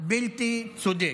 בלתי צודק.